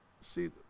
see